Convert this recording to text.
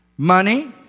Money